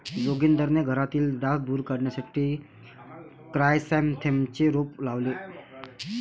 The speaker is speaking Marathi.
जोगिंदरने घरातील डास दूर करण्यासाठी क्रायसॅन्थेममचे रोप लावले